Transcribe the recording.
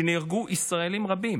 שבהם נהרגו ישראלים רבים.